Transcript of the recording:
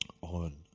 on